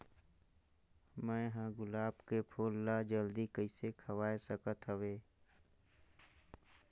मैं ह गुलाब के फूल ला जल्दी कइसे खवाय सकथ हवे?